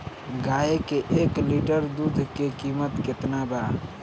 गाए के एक लीटर दूध के कीमत केतना बा?